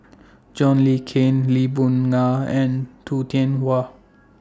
John Le Cain Lee Boon Ngan and Tu Tian Yau